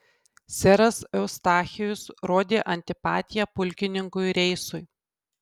seras eustachijus rodė antipatiją pulkininkui reisui